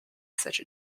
such